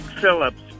Phillips